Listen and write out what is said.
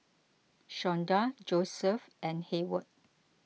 Shawnda Josef and Heyward